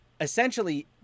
essentially